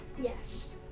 Yes